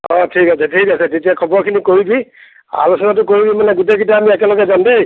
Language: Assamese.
অঁ ঠিক আছে ঠিক আছে তেতিয়া খবৰখিনি কৰিবি আলোচনাটো কৰি লৈ মানে গোটেইকেইটা আমি একেলগে যাম দেই